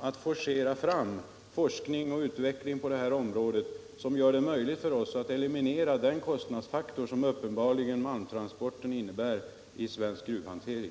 att forcera fram en forskning och utveckling på det här området som gör det möjligt för oss att eliminera den kostnadsfaktor som malmtransporten uppenbarligen innebär för svensk gruvhantering.